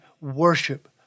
worship